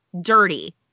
dirty